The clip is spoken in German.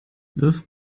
wirf